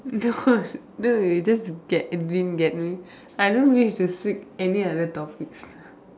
no no you just get didn't get me I don't wish to speak any other topics